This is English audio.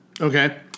Okay